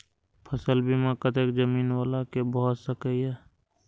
फसल बीमा कतेक जमीन वाला के भ सकेया?